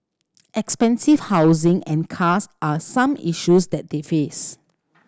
expensive housing and cars are some issues that they face